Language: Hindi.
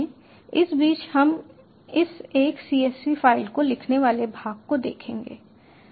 इस बीच हम इस एक csv फ़ाइल से लिखने वाले भाग को देखेंगे